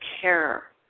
care